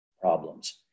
problems